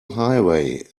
highway